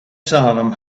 salem